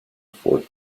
fort